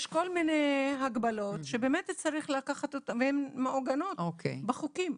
יש כל מיני הגבלות שבאמת צריך לקחת אותן והן מעוגנות בחוקים.